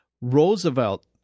Roosevelt